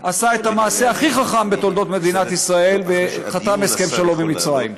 עשה את המעשה הכי חכם בתולדות מדינת ישראל וחתם הסכם שלום עם מצרים.